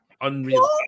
Unreal